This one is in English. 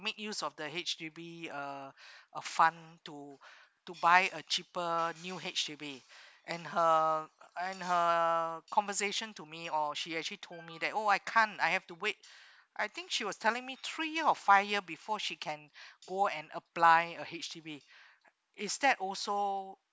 make use of the H_D_B uh uh fund to to buy a cheaper new H_D_B and her and her conversation to me or she actually told me that oh I can't I have to wait I think she was telling me three year or five year before she can go and apply a H_D_B it's that also